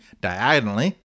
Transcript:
diagonally